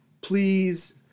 please